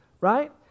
right